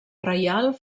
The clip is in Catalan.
reial